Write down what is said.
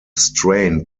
strain